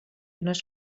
unes